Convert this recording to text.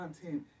content